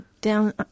down